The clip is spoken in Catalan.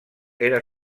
era